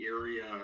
area